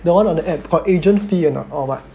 the one on the app got agent fee or not or what